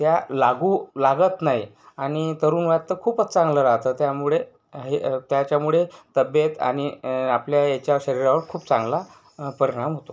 त्या लागू लागत नाही आणि तरुण वयात तर खूपच चांगलं राहतं त्यामुळे हे त्याच्यामुळे तब्येत आणि आपल्या याच्या शरीरावर खूप चांगला परिणाम होतो